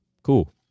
Cool